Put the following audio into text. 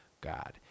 God